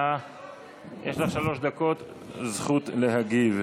יש לך שלוש דקות זכות להגיב,